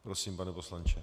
Prosím, pane poslanče.